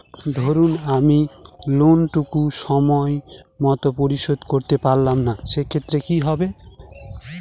ধরুন আমি লোন টুকু সময় মত পরিশোধ করতে পারলাম না সেক্ষেত্রে কি হবে?